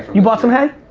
you bought some hay?